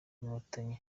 inkotanyi